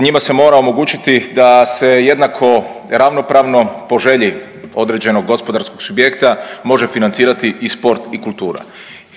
njima se mora omogućiti da se jednako ravnopravno po želji određenog gospodarskog subjekta može financirati i sport i kultura.